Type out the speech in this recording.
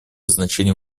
значение